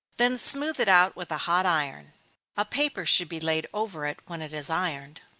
then smooth it out with a hot iron a paper should be laid over it when it is ironed.